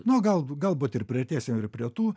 nu gal gal galbūt ir priartėsim ir prie tų